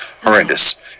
horrendous